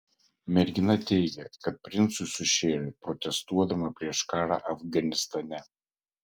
mergina teigė kad princui sušėrė protestuodama prieš karą afganistane